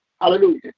hallelujah